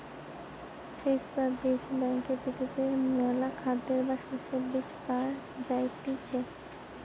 seed বা বীজ ব্যাংকে পৃথিবীর মেলা খাদ্যের বা শস্যের বীজ পায়া যাইতিছে